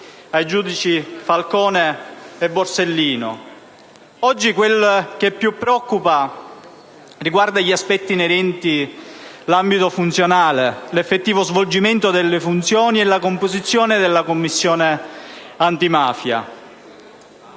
ai giudici Falcone e Borsellino. Oggi quel che più preoccupa riguarda gli aspetti inerenti all'ambito funzionale, l'effettivo svolgimento delle funzioni e alla composizione della Commissione antimafia.